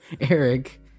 Eric